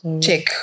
check